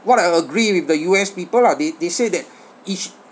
what I agree with the U_S people lah they they say that it sh~